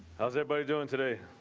how's everybody doing today.